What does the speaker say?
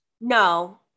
No